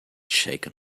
shaken